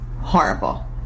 horrible